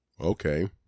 Okay